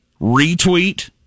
retweet